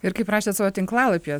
ir kaip rašėt savo tinklalapyje